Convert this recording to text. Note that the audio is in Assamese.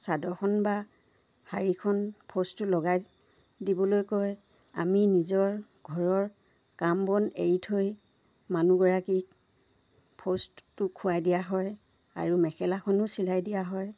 চাদৰখন বা শাৰীখন ফছটো লগাই দিবলৈ কয় আমি নিজৰ ঘৰৰ কাম বন এৰি থৈ মানুহগৰাকীক ফষ্টটো খুৱাই দিয়া হয় আৰু মেখেলাখনো চিলাই দিয়া হয়